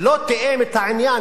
לא תיאם את העניין,